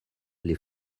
les